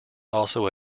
also